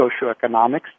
socioeconomics